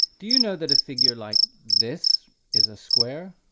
do you know that a figure like this is a square?